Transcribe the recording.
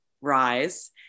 Rise